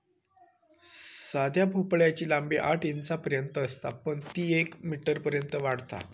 साध्या भोपळ्याची लांबी आठ इंचांपर्यंत असता पण ती येक मीटरपर्यंत वाढता